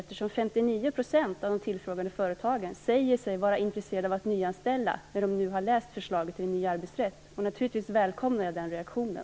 Hela 59 % av de tillfrågade företagen sade sig nämligen vara intresserade av att nyanställa när de nu läst förslaget till ny arbetsrätt. Naturligtvis välkomnar jag den reaktionen.